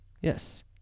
yes